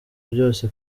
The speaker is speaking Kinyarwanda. byose